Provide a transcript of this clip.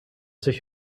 sich